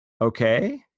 Okay